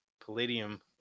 Palladium